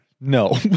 No